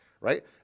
right